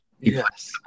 Yes